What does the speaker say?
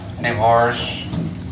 divorce